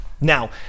Now